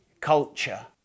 culture